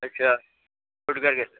अच्छा